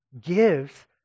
gives